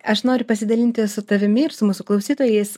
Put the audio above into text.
aš noriu pasidalinti su tavimi ir su mūsų klausytojais